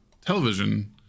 television